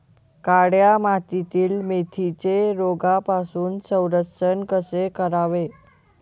काळ्या मातीतील मेथीचे रोगापासून संरक्षण कसे करावे?